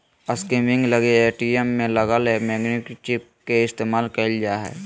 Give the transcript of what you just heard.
skimming लगी ATM में लगल मैग्नेटिक चिप के इस्तेमाल कइल जा हइ